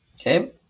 Okay